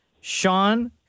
Sean